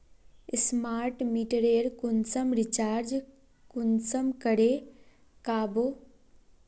Smart मीटरेर कुंसम recharge कुंसम करे का बो?